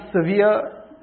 severe